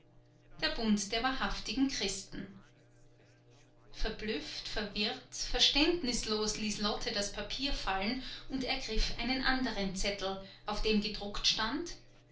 der bund der wahrhaftigen christen verblüfft verwirrt verständnislos ließ lotte das papier fallen und ergriff einen anderen zettel auf dem gedruckt stand